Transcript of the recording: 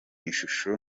ishusho